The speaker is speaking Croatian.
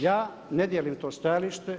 Ja ne dijelim to stajalište.